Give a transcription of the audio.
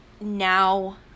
now